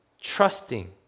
trusting